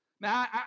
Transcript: Now